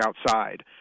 outside